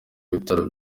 bitaro